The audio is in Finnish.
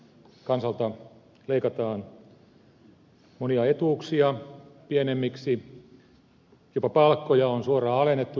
kansalta leikataan monia etuuksia pienemmiksi jopa palkkoja on suoraan alennettu julkisella puolella